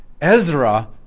Ezra